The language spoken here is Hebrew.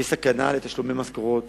יש סכנה לתשלום משכורות